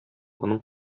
моның